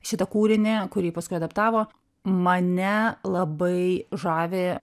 šitą kūrinį kurį paskui adaptavo mane labai žavi